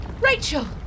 Rachel